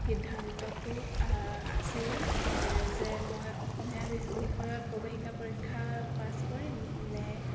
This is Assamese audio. সিদ্ধান্তটো আছিল যে মই অসমীয়া বিষয়ত প্ৰৱেশিকা পৰীক্ষা পাছ কৰিম নে